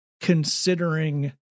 considering